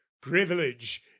privilege